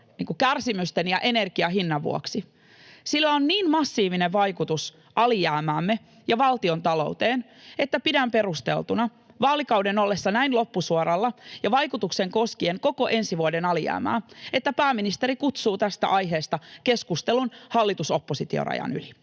kärsimysten ja energian hinnan vuoksi, sillä on niin massiivinen vaikutus alijäämäämme ja valtiontalouteen, että pidän perusteltuna vaalikauden ollessa näin loppusuoralla ja vaikutuksen koskiessa koko ensi vuoden alijäämää, että pääministeri kutsuu tästä aiheesta koolle keskustelun hallitus—oppositio-rajan yli.